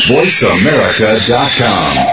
VoiceAmerica.com